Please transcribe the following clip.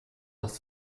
das